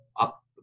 up